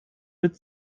mit